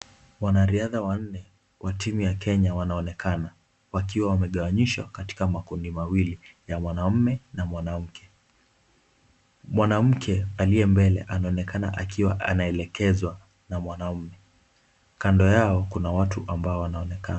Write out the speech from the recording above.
Wanariadha wanne wa timu ya Kenya wanaonekana. Wakiwa wamegawanyishwa katika makundi mawili, ya mwanamme na mwanamke. Mwanamke aliye mbele anaonekana akiwa anaelekezwa na mwanaume. Kando yao, kuna watu ambao wanaonekana.